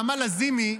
נעמה לזימי,